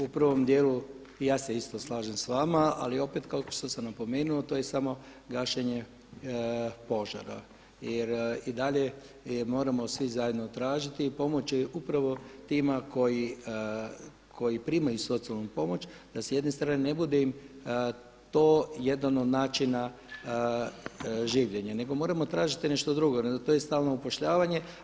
U prvom dijelu i ja se isto slažem s vama ali opet kao što sam napomenuo to je samo gašenje požara jer i dalje moramo svi zajedno tražiti i pomoći upravo tima koji primaju socijalnu pomoć da s jedne strane ne bude im to jedan od načina življenja nego moramo tražiti nešto drugo a to je stalno upošljavanje.